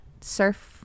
surf